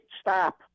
Stop